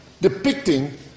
depicting